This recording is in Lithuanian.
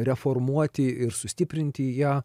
reformuoti ir sustiprinti ją